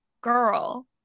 girl